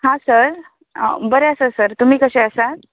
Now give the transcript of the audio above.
हां सर बरें आसा सर तुमी कशें आसा